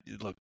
look